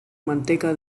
manteca